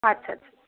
আচ্ছা আচ্ছা